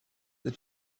the